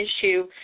issue